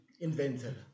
invented